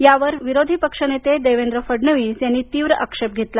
यावर विरोधी पक्षनेते देवेंद्र फडणवीस यांनी तीव्र आक्षेप घेतला